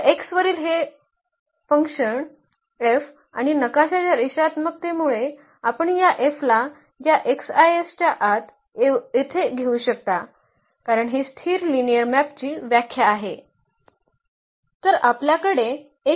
तर x वरील हे F आणि नकाशाच्या रेषात्मकतेमुळे आपण या F ला या 's च्या आत येथे घेऊ शकता कारण हे स्थिर लिनिअर मॅपची व्याख्या आहे